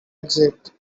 exit